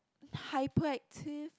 hyperactive